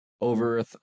over